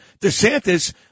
DeSantis